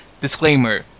disclaimer